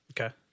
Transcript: Okay